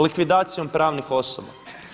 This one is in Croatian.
Likvidacijom pravnih osoba.